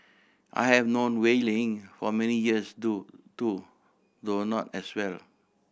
I have known Wei Ling for many years too too though not as well